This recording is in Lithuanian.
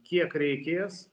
kiek reikės